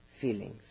feelings